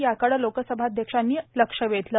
याकडं लोकसभाध्यक्षांनी लक्ष वेधलं